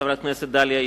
חברת הכנסת איציק.